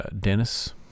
Dennis